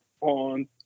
on